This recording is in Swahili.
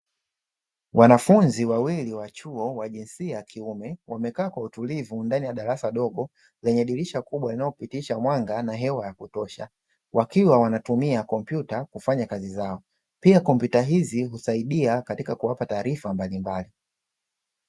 Wanafunzi wawili wa chuo wa jinsia ya kiume wamekaa kwa utulivu ndani ya darasa dogo, lenye dirisha kubwa linalopitisha mwanga na hewa ya kutosha, wakiwa wanatumia kompyuta kufanya kazi zao, pia kompyuta hizi husaidia katika kuwapa taarifa mbalimbali.